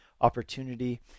opportunity